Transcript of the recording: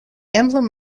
emblem